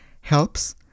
helps